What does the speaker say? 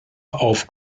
auf